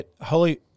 holy